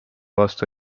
vastu